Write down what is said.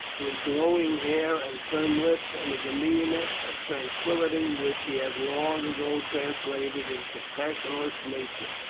with glowing hair and firm lips, and a demeanour of tranquillity which he had long ago translated into a passionless nature,